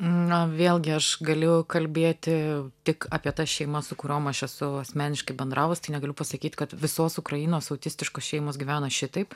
na vėlgi aš galiu kalbėti tik apie tas šeimas su kuriom aš esu asmeniškai bendravus tai negaliu pasakyt kad visos ukrainos autistiškos šeimos gyvena šitaip